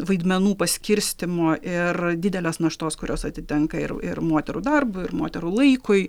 vaidmenų paskirstymo ir didelės naštos kurios atitenka ir ir moterų darbui ir moterų laikui